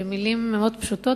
במלים מאוד פשוטות,